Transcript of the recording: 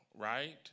right